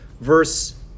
verse